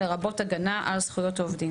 לרבות הגנה על זכויות עובדים.